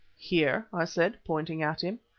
here, i said, pointing at him.